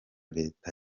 leta